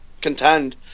contend